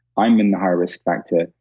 i'm in a high risk factor.